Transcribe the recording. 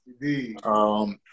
indeed